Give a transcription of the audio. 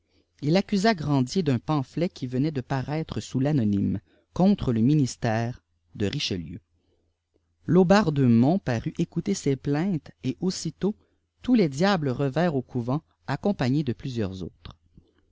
il accusa grandier d'un pamphlet qui venadt de paraître sous l'anonyme contre le ministère de richelieu laubardemont parut écouter ces plaintes et aussitôt tous les diables revinrent au couvent accompagnés de plusieurs autres